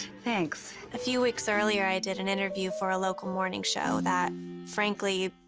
thanks. a few weeks earlier, i did an interview for a local morning show that frankly,